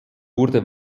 wurde